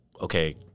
okay